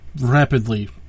rapidly